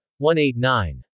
189